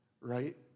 right